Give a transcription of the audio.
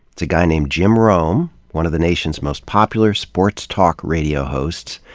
it's a guy named jim rome, one of the nation's most popular sports talk radio hosts.